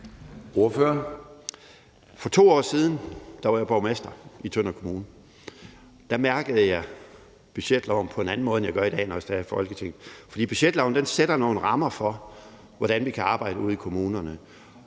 For 2 år siden var jeg borgmester i Tønder Kommune. Der mærkede jeg budgetloven på en anden måde, end jeg gør i dag, hvor jeg sidder i Folketinget. For budgetloven sætter nogle rammer for, hvordan vi kan arbejde ude i kommunerne,